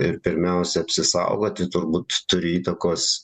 ir pirmiausia apsisaugoti turbūt turi įtakos